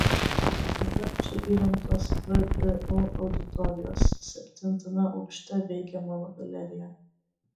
dabar čia įrengtos vdu auditorijos septintame aukšte veikia meno galerija